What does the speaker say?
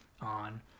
on